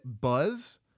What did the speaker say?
Buzz